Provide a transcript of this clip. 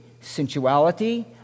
sensuality